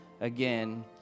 again